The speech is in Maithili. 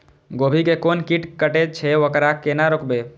गोभी के कोन कीट कटे छे वकरा केना रोकबे?